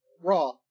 Raw